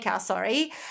sorry